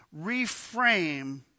Reframe